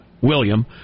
William